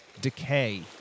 decay